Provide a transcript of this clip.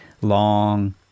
long